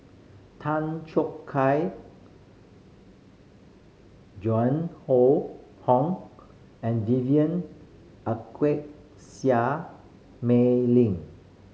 Tan Choo Kai Joan Hon and Vivien Quahe Seah Mei Lin